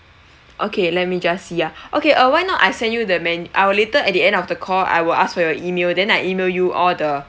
okay let me just see ah okay uh why not I send you the men~ I'll later at the end of the call I will ask for your email then I email you all the